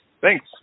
Thanks